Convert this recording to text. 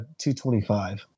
225